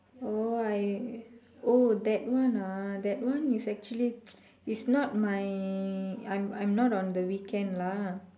oh I oh that one ah that one is actually is not my I'm I'm not on the weekend lah